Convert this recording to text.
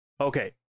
Okay